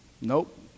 Nope